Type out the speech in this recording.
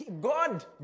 God